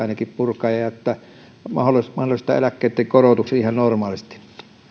indeksit purkaa ja mahdollistaa eläkkeitten korotuksen ihan normaalisti